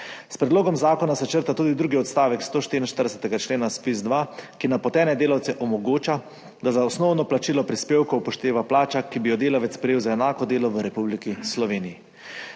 S predlogom zakona se črta tudi drugi odstavek 144. člena ZPIZ-2, ki za napotene delavce omogoča, da se za osnovno plačilo prispevkov upošteva plača, ki bi jo delavec prejel za enako delo v Republiki Sloveniji.